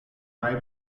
mai